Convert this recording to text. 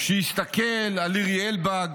שיסתכל על לירי אלבג,